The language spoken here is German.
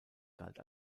galt